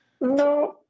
No